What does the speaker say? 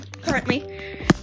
currently